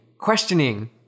questioning